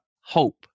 hope